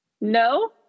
No